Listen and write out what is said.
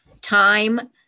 time